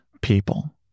people